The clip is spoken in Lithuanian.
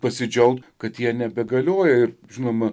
pasidžiaugt kad jie nebegalioja ir žinoma